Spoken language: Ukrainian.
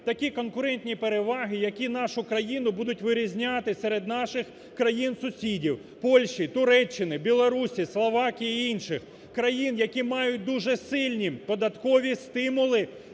такі конкурентні переваги, які нашу країну будуть вирізняти серед наших країн сусідів Польщі, Туреччини, Білорусії, Словакії і інших. Країн, які мають дуже сильні податкові стимули